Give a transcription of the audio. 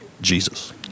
Jesus